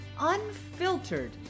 unfiltered